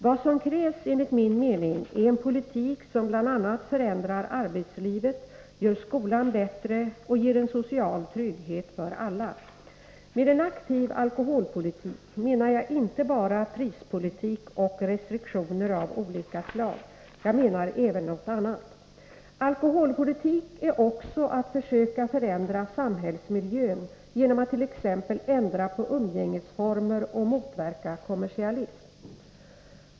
Vad som krävs enligt min mening är en politik som bl.a. förändrar arbetslivet, gör skolan bättre och ger en social trygghet för alla. Med en aktiv alkoholpolitik menar jag inte bara prispolitik och restriktioner av olika slag. Jag menar även något annat. Alkoholpolitik är också att försöka förändra samhällsmiljön genom att t.ex. ändra på umgängesformer och motverka kommersialism.